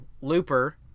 Looper